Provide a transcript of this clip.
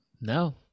no